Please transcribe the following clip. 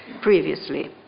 previously